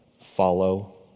Follow